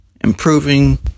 improving